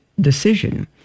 decision